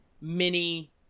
mini